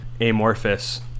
amorphous